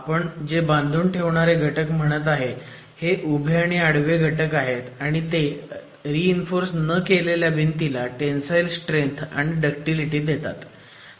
आपण जे बांधून ठेवणारे घटक म्हणत आहे हे उभे आणि आडवे घटक आहेत आणि ते रि इन्फोर्स न केलेल्या भिंतीला टेंसाईल स्ट्रेंथ आणि डक्टिलिटी देतात